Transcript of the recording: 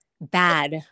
bad